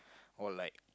or like